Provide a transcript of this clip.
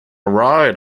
right